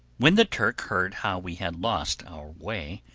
when the turk heard how we had lost our way,